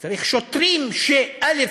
צריך שוטרים, א.